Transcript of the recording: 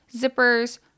zippers